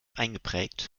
eingeprägt